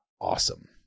awesome